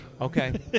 okay